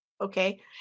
okay